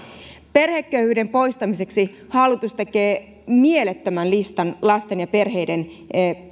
perheköyhyyden poistamiseksi hallitus tekee mielettömän listan lasten ja perheiden